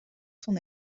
son